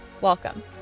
Welcome